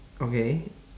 okay